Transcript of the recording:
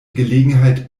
gelegenheit